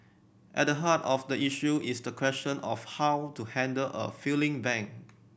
at the heart of the issue is the question of how to handle a failing bank